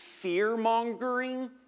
fear-mongering